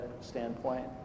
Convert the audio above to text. standpoint